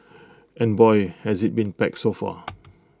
and boy has IT been packed so far